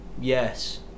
Yes